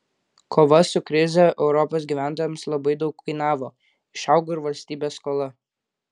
kova su krize europos gyventojams labai daug kainavo išaugo ir valstybės skola